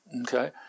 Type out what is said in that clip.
okay